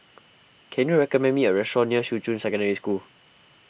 can you recommend me a restaurant near Shuqun Secondary School